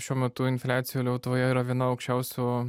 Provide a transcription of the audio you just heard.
šiuo metu infliacija lietuvoje yra viena aukščiausių